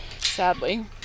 sadly